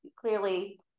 clearly